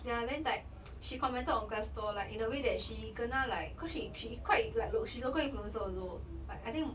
ya then like she commented on glass door like in a way that she kena like because she she quite like loc~ she local influencer also but I think